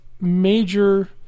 major